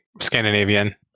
Scandinavian